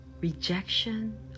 rejection